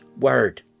word